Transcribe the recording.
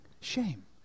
Shame